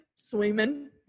swimming